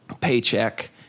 paycheck